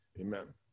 Amen